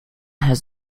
has